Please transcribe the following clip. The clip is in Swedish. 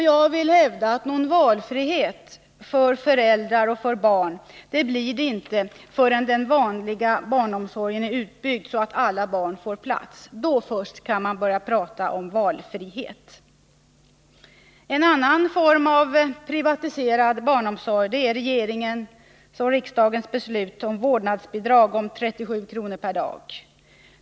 Jag vill hävda att någon valfrihet för föräldrar och barn inte går att få förrän den vanliga barnomsorgen är utbyggd så att alla barn får plats. Då först kan man börja tala om valfrihet. En annan form av privatiserad barnomsorg blir följden av regeringens och riksdagens beslut om vårdnadsbidrag med 37 kr. per dag.